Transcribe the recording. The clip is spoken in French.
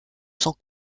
sans